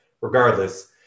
Regardless